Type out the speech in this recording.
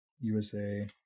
USA